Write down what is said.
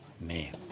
man